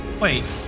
wait